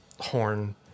horn